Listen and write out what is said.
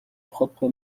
propre